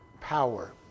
power